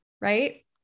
Right